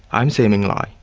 i'm seimeng lai,